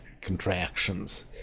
contractions